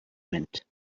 meant